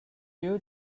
due